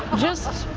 just,